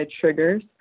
triggers